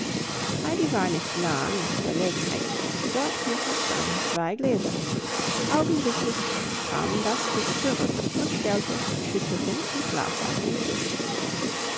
heidi war nicht lang in verlegenheit dort hinten standen zwei gläser augenblicklich kam das kind zurück und stellte schüsselchen und glas auf den tisch